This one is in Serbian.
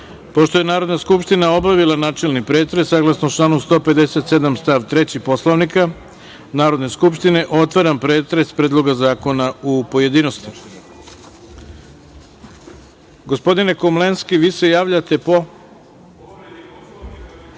je Narodna skupština obavila načelni pretres, saglasno članu 157. stav 3. Poslovnika Narodne skupštine, otvaram pretres Predloga zakona u pojedinostima. Gospodine